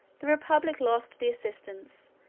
the republic lost the assistance,